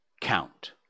count